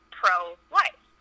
pro-life